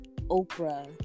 Oprah